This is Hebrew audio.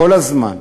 כל הזמן,